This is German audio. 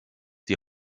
die